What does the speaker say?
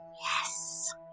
Yes